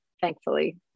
thankfully